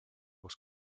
was